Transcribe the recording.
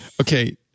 Okay